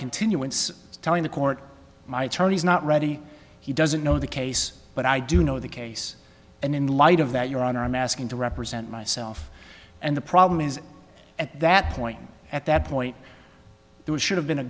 continuance telling the court my attorney is not ready he doesn't know the case but i do know the case and in light of that your honor i'm asking to represent myself and the problem is at that point at that point there should have been a